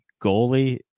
goalie